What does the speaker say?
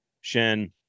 Shen